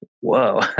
whoa